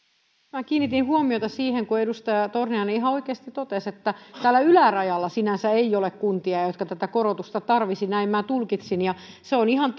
puhemies kiinnitin huomiota siihen kun edustaja torniainen ihan oikeasti totesi että tällä ylärajalla sinänsä ei ole kuntia jotka tätä korotusta tarvitsisivat näin minä tulkitsin se on ihan